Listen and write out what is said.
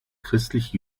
christlich